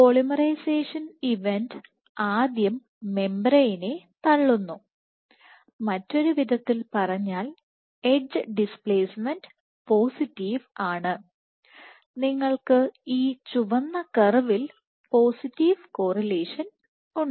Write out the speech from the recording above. polymerisation event ആദ്യം മെംബ്രേയ്നെ തള്ളുന്നു മറ്റൊരു വിധത്തിൽ പറഞ്ഞാൽ എഡ്ജ് ഡിസ്പ്ലേസ്മെന്റ് പോസിറ്റീവ് ആണ് നിങ്ങൾക്ക് ഈ ചുവന്ന കർവിൽ പോസിറ്റീവ് കോറിലേഷൻ ഉണ്ട്